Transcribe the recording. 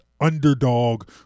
underdog